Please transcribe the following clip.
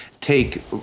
take